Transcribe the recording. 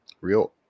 real